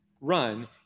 run